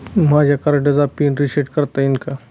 माझ्या कार्डचा PIN reset करता येईल का?